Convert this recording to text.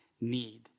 need